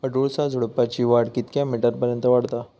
अडुळसा झुडूपाची वाढ कितक्या मीटर पर्यंत वाढता?